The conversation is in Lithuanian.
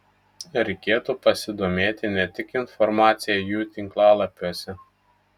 reikėtų pasidomėti ne tik informacija jų tinklalapiuose